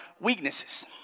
weaknesses